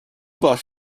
bus